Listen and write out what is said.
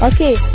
Okay